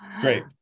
great